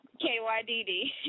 K-Y-D-D